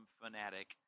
fanatic